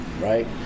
Right